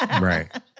Right